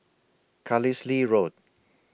Carlisle Road